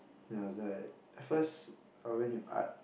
then I was like at first I went with art